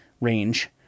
range